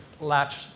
latch